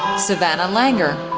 savannah langer,